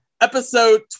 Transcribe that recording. Episode